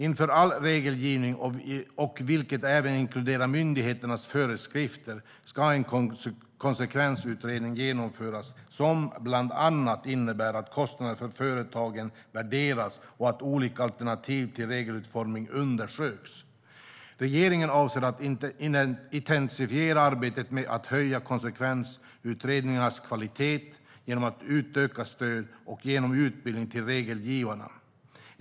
Inför all regelgivning, vilket även inkluderar myndigheternas föreskrifter, ska en konsekvensutredning genomföras som bland annat innebär att kostnaderna för företagen värderas och olika alternativ till regelutformning undersöks. Regeringen avser att intensifiera arbetet med att höja konsekvensutredningarnas kvalitet genom ett utökat stöd och genom utbildning till regelgivarna.